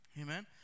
Amen